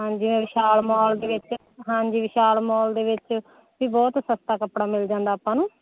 ਹਾਂਜੀ ਵਿਸ਼ਾਲ ਮਾਲ ਦੇ ਵਿੱਚ ਹਾਂਜੀ ਵਿਸ਼ਾਲ ਮਾਲ ਦੇ ਵਿੱਚ ਵੀ ਬਹੁਤ ਸਸਤਾ ਕੱਪੜਾ ਮਿਲ ਜਾਂਦਾ ਆਪਾਂ ਨੂੰ